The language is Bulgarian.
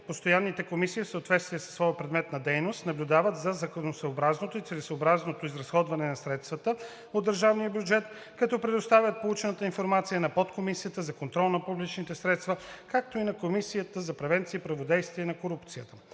Постоянните комисии, в съответствие със своя предмет на дейност, наблюдават за законосъобразното и целесъобразното изразходване на средствата от държавния бюджет, като предоставят получената информация на подкомисията за контрол на публичните средства, както и на Комисията по превенция и противодействие на корупцията.